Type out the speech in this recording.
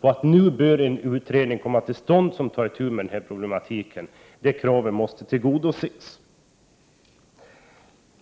på att en utredning bör komma till stånd där man tar itu med den här problematiken. De kraven måste tillgodoses.